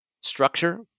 Structure